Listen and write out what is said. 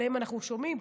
שעליהם אנחנו שומעים,